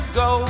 go